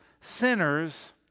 sinners